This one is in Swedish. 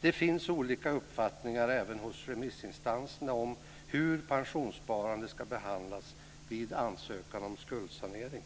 Det finns olika uppfattningar även hos remissinstanserna om hur pensionssparande ska behandlas vid ansökan om skuldsanering.